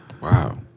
Wow